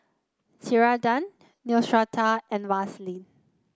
Ceradan Neostrata and Vaselin